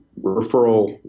referral